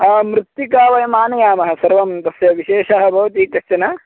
मृत्तिका वयम् आनयामः सर्वं तस्य विशेषः भवति कश्चन